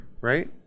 right